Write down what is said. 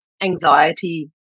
anxiety